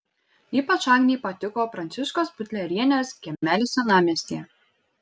ypač agnei patiko pranciškos butlerienės kiemelis senamiestyje